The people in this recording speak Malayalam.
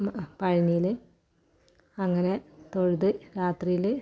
മ പഴനിയിൽ അങ്ങനെ തൊഴുതു രാത്രിയിൽ